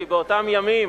כי באותם ימים,